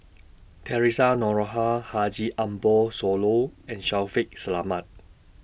Theresa Noronha Haji Ambo Sooloh and Shaffiq Selamat